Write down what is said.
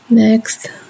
Next